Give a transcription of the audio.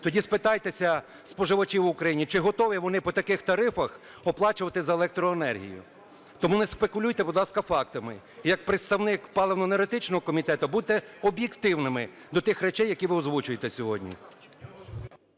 Тоді спитайтеся споживачів в Україні, чи готові вони по таких тарифах оплачувати за електроенергію? Тому не спекулюйте, будь ласка, фактами. Як представник паливно-енергетичного Комітету будьте об'єктивними до тих речей, які ви озвучуєте сьогодні.